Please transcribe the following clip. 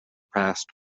past